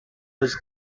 was